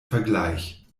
vergleich